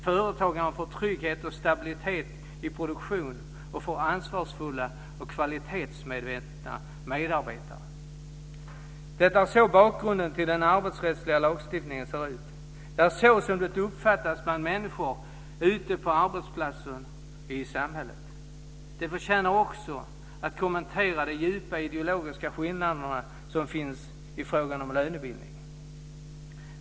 Företagaren får trygghet och stabilitet i sin produktion och får ansvarsfulla och kvalitetsmedvetna medarbetare. Det är så bakgrunden till den arbetsrättsliga lagstiftningen ser ut. Det är så som det uppfattas bland människor ute på arbetsplatser och i samhället. Också de djupa ideologiska skillnader som finns i frågan om lönebildningen förtjänar att kommenteras.